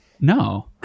no